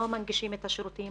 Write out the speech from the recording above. לא מנגישים את השירותים,